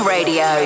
Radio